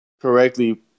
correctly